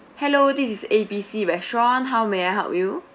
hello this is A B C restaurant how may I help you